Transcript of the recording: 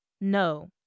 No